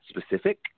specific